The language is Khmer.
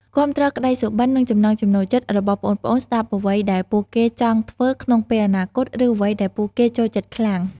គាំទ្រក្តីសុបិន និងចំណង់ចំណូលចិត្តរបស់ប្អូនៗ ស្តាប់អ្វីដែលពួកគេចង់ធ្វើក្នុងពេលអនាគត ឬអ្វីដែលពួកគេចូលចិត្តខ្លាំង។